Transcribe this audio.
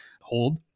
hold